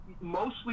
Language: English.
mostly